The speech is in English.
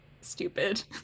stupid